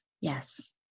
Yes